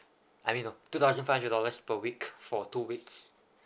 I mean on two thousand five hundred dollars per week for two weeks